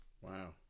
wow